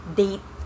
date